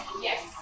yes